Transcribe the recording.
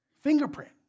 fingerprint